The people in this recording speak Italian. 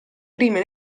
prime